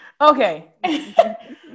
Okay